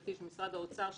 האוצר,